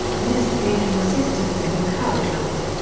liszt gave him assistance and encouragement.